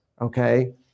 okay